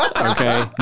okay